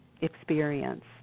experience